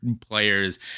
players